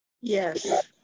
Yes